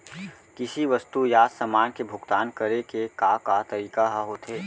किसी वस्तु या समान के भुगतान करे के का का तरीका ह होथे?